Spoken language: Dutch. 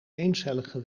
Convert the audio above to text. eencellige